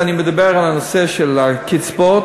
ואני מדבר על הנושא של הקצבאות,